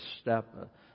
step